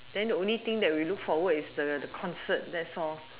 then the only thing that we look forward is the the concert that's all